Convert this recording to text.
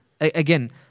Again